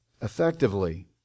effectively